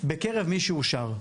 בקרב מי שאושר.